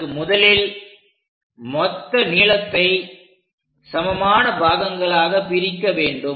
அதற்கு முதலில் மொத்த நீளத்தை சமமான பாகங்களாகப் பிரிக்க வேண்டும்